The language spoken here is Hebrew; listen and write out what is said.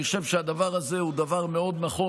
אני חושב שהדבר הזה הוא דבר מאוד נכון.